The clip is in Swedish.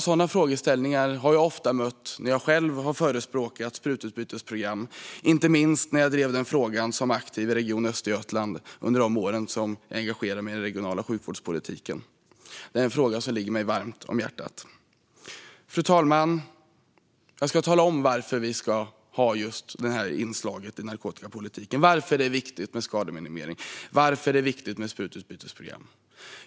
Sådana frågeställningar har jag ofta fått möta när jag har förespråkat sprututbytesprogram, inte minst under de år då jag engagerade mig i den regionala sjukvårdspolitiken i Region Östergötland och aktivt drev frågan. Det är en fråga som ligger mig varmt om hjärtat. Fru talman! Jag ska tala om varför vi ska ha just det inslaget i narkotikapolitiken, varför det är viktigt med skademinimering och varför det är viktigt med sprututbytesprogram.